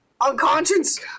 Unconscious